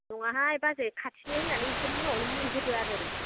नङाहाय बाजै खाथिनि होननानै एसे मुलआवनो मुल होदो आरो